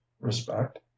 respect